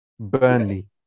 Burnley